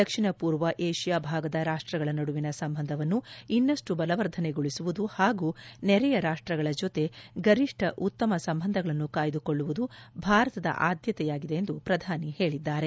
ದಕ್ಷಿಣ ಪೂರ್ವ ಏಷ್ಯಾ ಭಾಗದ ರಾಷ್ಟ್ರಗಳ ನಡುವಿನ ಸಂಬಂಧವನ್ನು ಇನ್ನಷ್ಟು ಬಲವರ್ಧನೆಗೊಳುಸುವುದು ಹಾಗೂ ನೆರೆಯ ರಾಷ್ಕ್ರಗಳ ಜೊತೆ ಗರಿಷ್ಠ ಉತ್ತಮ ಸಂಬಂಧಗಳನ್ನು ಕಾಯ್ದುಕೊಳ್ಳುವುದು ಭಾರತದ ಆದ್ಯತೆಯಾಗಿದೆ ಎಂದು ಪ್ರಧಾನಿ ಹೇಳಿದ್ದಾರೆ